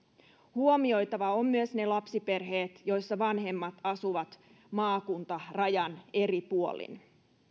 huomioitava on myös ne lapsiperheet joissa vanhemmat asuvat maakuntarajan eri puolin